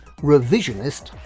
revisionist